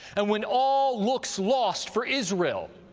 and when all looks lost for israel,